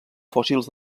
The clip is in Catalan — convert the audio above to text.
fòssils